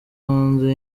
hanze